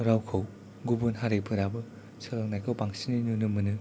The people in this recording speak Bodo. रावखौ गुबुन हारिफोराबो सोलोंनायखौ बांसिनै नुनो मोनो